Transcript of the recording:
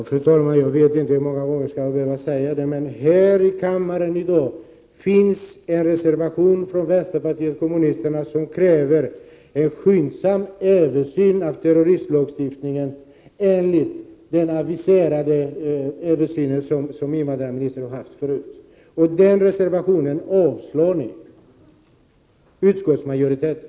Fru talman! Jag vet inte hur många gånger jag skall behöva säga det, men här i kammaren i dag behandlas en reservation från vänsterpartiet kommunisterna där vi kräver en skyndsam översyn av terroristlagstiftningen enligt den avisering som invandrarministern har gjort tidigare. Och den reservationen avstyrker ni i utskottsmajoriteten!